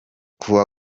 kuwa